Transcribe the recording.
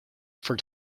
for